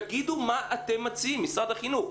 תגידו מה אתם מציעים משרד החינוך?